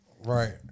Right